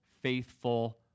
faithful